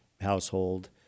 household